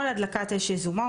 כל הדלקת אש יזומה,